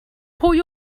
pwy